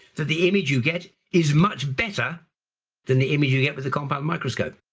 the the image you get is much better than the image you get with the compound microscope.